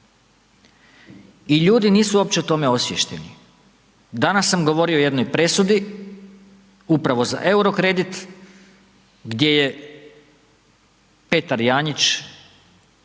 I ljudi nisu uopće o tome osviješteni, danas sam govorio o jednoj presudi upravo za EUR-o kredit gdje je Petar Janjić,